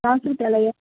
س س روپ لے